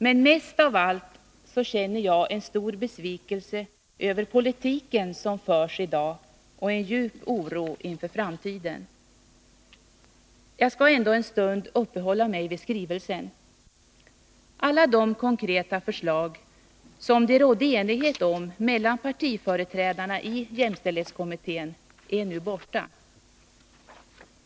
Men mest av allt känner jag en stor besvikelse över den politik som förs i dag och en djup oro inför framtiden. Jag skall ändå en stund uppehålla mig vid skrivelsen. Alla de konkreta förslag som det rådde enighet om mellan partiföreträdarna i jämställdhetskommittén är nu borta.